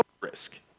risk